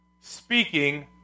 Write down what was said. speaking